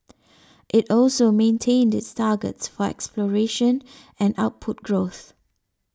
it also maintained its targets for exploration and output growth